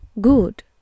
Good